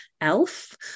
elf